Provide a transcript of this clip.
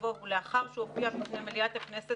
יבוא "ולאחר שהופיעה בפני מליאת הכנסת